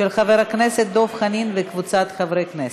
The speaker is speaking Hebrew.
של חבר הכנסת דב חנין וקבוצת חברי הכנסת.